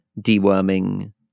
deworming